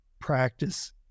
practice